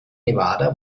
nevada